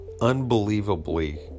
unbelievably